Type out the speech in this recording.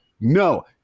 no